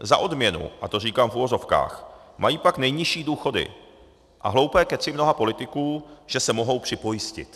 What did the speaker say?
Za odměnu, a to říkám v uvozovkách, mají pak nejnižší důchody a hloupé kecy mnoha politiků, že se mohou připojistit.